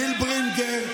גיל ברינגר,